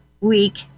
week